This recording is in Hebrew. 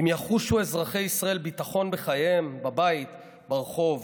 אם יחושו אזרחי ישראל ביטחון בחייהם, בבית וברחוב,